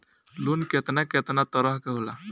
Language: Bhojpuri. लोन केतना केतना तरह के होला?